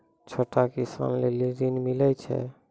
छोटा किसान लेल ॠन मिलय छै?